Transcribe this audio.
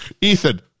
Ethan